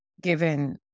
given